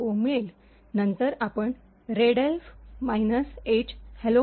ओ मिळेल नंतर आपण रेडएल्फ एच हॅलो